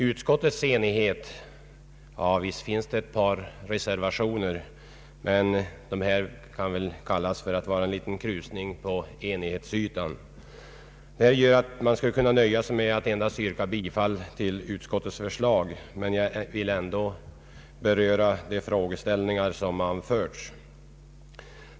Utskottets enighet — visst finns det ett par reservationer, men de kan väl kallas för en liten krusning på enighetsytan — gör att jag skulle kunna nöja mig med att yrka bifall till utskottets förslag, men jag vill ändå beröra de frågeställningar som anförs.